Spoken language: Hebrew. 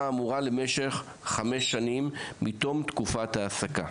האמורה למשך חמש שנים בתום תקופת ההעסקה.